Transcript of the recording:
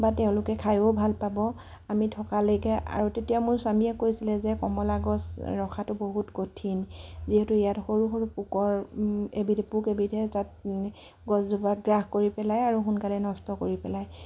বা তেওঁলোকে খাইও ভাল পাব আমি থকালৈকে আৰু তেতিয়া মোৰ স্বামীয়ে কৈছিলে যে কমলা গছ ৰখাটো বহুত কঠিন যিহেতু ইয়াত সৰু সৰু পোকৰ পোক এবিধে তাত গছজোপা গ্ৰাস কৰি পেলাই আৰু সোনকালে নষ্ট কৰি পেলায়